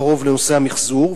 קרוב לנושא המיחזור,